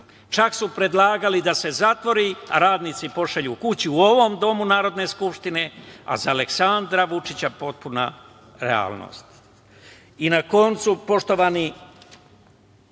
čak su predlagali da se zatvori, a radnici pošalju kući u ovom domu Narodne skupštine, a za Aleksandra Vučića potpuna realnost. Na koncu, poštovani